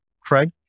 Craig